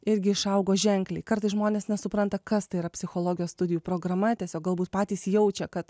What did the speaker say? irgi išaugo ženkliai kartais žmonės nesupranta kas tai yra psichologijos studijų programa tiesiog galbūt patys jaučia kad